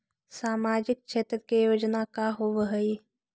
सामाजिक क्षेत्र के योजना का होव हइ?